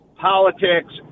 politics